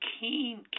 keen